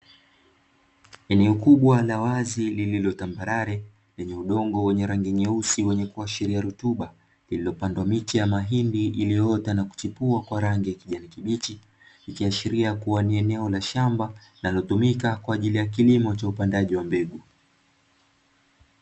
Eneo kubwa la wazi lililotambalale lenye udongo wenye rangi nyeusi wenye kuashiria rutba lililopandwa miti ya mahindi iliyoota na kuchipua kwa rangi ya kijani kibichi, ikiashiria kuwa ni eneo la shamba linalotumika wa ajili ya kilimo cha upandaji wa mbegu.